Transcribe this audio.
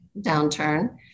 downturn